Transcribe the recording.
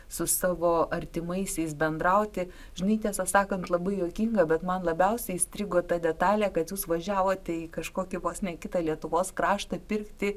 su savo artimaisiais bendrauti žinai tiesą sakant labai juokinga bet man labiausiai įstrigo ta detalė kad jūs važiavote į kažkokį vos ne kitą lietuvos kraštą pirkti